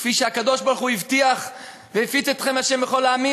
כפי שהקדוש-ברוך-הוא הבטיח: והפיץ אתכם ה' בכל העמים,